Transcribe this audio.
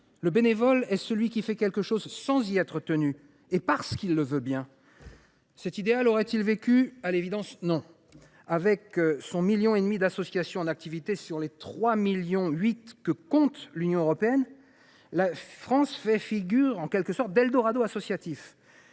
Le bénévole est celui qui fait quelque chose sans y être tenu, et parce qu’il le veut bien. Cet idéal aurait il vécu ? À l’évidence, non ! Avec 1,5 million d’associations en activité sur les 3,8 millions que compte l’Union européenne, la France fait figure d’eldorado associatif,